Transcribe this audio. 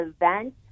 event